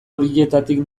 horietatik